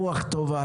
רוח טובה,